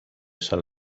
san